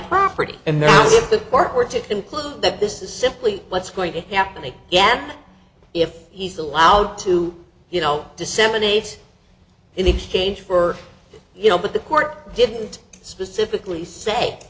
property and if the court were to conclude that this is simply what's going to happen again if he's allowed to you know disseminate in exchange for you know but the court didn't specifically say